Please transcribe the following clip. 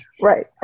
Right